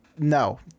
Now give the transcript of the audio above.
No